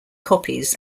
copies